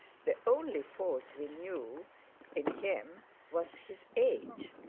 the only fault we knew in him was his age,